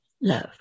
love